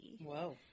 whoa